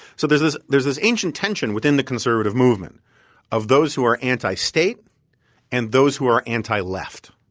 so there's this there's this ancient tension within the conservative movement of those who are anti-state and those who are anti-left,